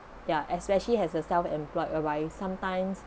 yeah especially has a self employed advice sometimes